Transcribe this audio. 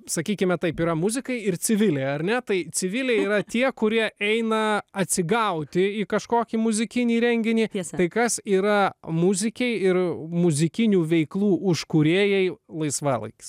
sakykime taip yra muzikai ir civiliai ar ne tai civiliai yra tie kurie eina atsigauti į kažkokį muzikinį renginį tiesa tai kas yra muzikei ir muzikinių veiklų už kūrėjai laisvalaikis